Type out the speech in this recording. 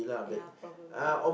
yeah probably